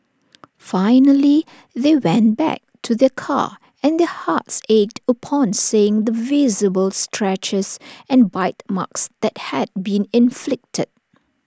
finally they went back to their car and their hearts ached upon seeing the visible scratches and bite marks that had been inflicted